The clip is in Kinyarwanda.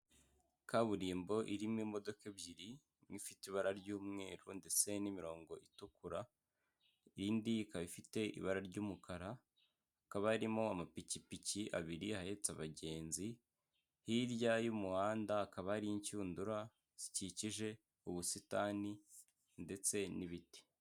Kaburimbo irimo imodoka ebyiri, imwe ifite ibara ry'umweru ndetse n'imirongo itukura, indi ikaba ifite ibara ry'umukara, hakaba haririmo amapikipiki abiri ahetse abagenzi, hirya y'umuhanda hakaba hari inshundura zikikije ubusitani ndetse n'ibiti.